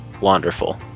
Wonderful